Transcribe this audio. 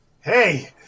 Hey